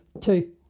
two